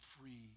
free